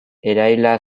zibilean